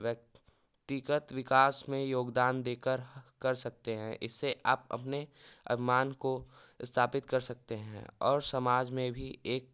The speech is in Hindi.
व्यक्तिगत विकास में योगदान देकर कर सकते हैं इससे आप अपने अभिमान को स्थापित कर सकते हैं और समाज में भी एक